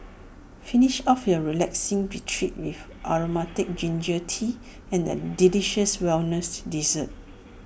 finish off your relaxing retreat with Aromatic Ginger Tea and A delicious wellness dessert